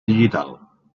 digital